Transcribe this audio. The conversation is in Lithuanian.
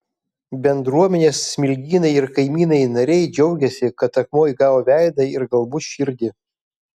bendruomenės smilgynai ir kaimynai nariai džiaugiasi kad akmuo įgavo veidą ir galbūt širdį